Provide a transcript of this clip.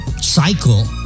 cycle